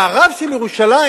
והרב של ירושלים